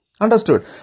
Understood